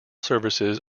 services